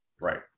Right